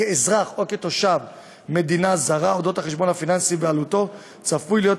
כאזרח או כתושב מדינה זרה שמידע על החשבון הפיננסי שבבעלותו צפוי להיות